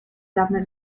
dawne